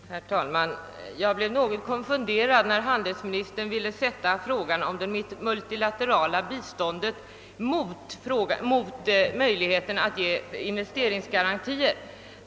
Herr talman! Jag blev något konfunderad när handelsministern ville sätta frågan om det multilaterala biståndet i motsatsförhållande till möjligheten att ge investeringsgarantier.